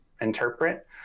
interpret